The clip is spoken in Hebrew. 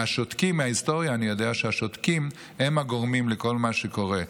מההיסטוריה אני יודע שהשותקים הם גורמים לכל מה שקורה.